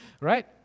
right